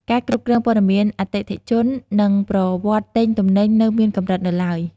ការគ្រប់គ្រងព័ត៌មានអតិថិជននិងប្រវត្តិទិញទំនិញនៅមានកម្រិតនៅឡើយ។